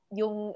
yung